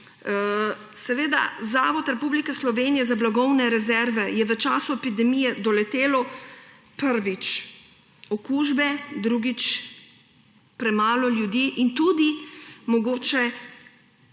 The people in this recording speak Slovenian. zadevi. Zavod Republike Slovenije za blagovne rezerve je v času epidemije doletelo: prvič, okužbe; drugič, premalo ljudi. In mogoče